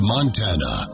Montana